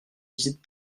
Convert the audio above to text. visite